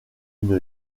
une